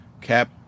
Cap